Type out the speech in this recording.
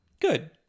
good